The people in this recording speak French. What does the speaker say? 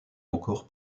encore